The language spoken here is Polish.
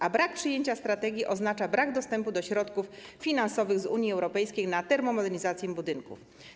A brak przyjęcia strategii oznacza brak dostępu do środków finansowych z Unii Europejskiej na termomodernizację budynków.